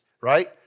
right